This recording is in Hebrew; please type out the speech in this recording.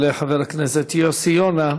יעלה חבר הכנסת יוסי יונה,